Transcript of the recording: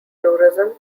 tourism